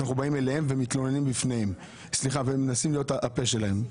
אנחנו מנסים להיות הפה שלהם.